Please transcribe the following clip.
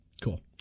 Cool